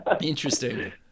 Interesting